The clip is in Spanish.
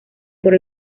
por